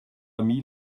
amis